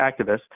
activists